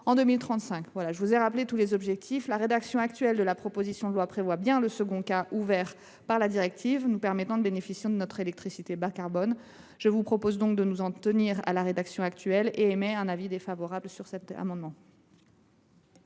en 2035. Voilà rappelés tous les objectifs. La rédaction actuelle de la proposition de loi prévoit bien le second cas ouvert par la directive nous permettant de bénéficier de notre électricité bas carbone. Je vous propose de nous en tenir à la rédaction actuelle. C’est pourquoi le Gouvernement émet un avis défavorable sur cet amendement.